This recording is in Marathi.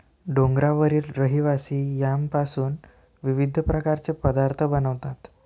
डोंगरावरील रहिवासी यामपासून विविध प्रकारचे पदार्थ बनवतात